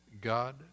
God